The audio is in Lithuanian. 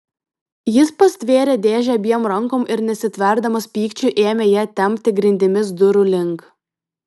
jis pastvėrė dėžę abiem rankom ir nesitverdamas pykčiu ėmė ją tempti grindimis durų link